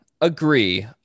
agree